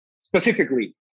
specifically